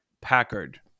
Packard